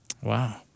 Wow